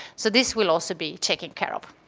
so this will also be taken care of.